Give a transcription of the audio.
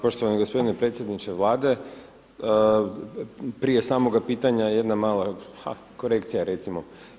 Poštovani gospodine predsjedniče Vlade prije samoga pitanja jedna mala a korekcija recimo.